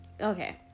Okay